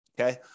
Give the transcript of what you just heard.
okay